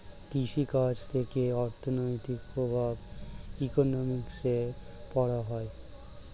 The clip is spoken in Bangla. কৃষি কাজ থেকে অর্থনৈতিক প্রভাব ইকোনমিক্সে পড়া হয়